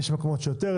יש מקומות שיותר,